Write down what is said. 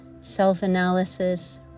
self-analysis